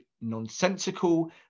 nonsensical